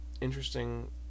interesting